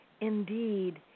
indeed